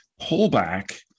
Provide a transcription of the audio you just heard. pullback